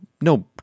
no